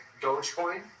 Dogecoin